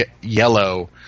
yellow